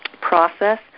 process